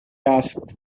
asked